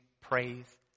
praise